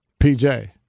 PJ